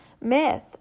myth